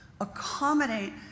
accommodate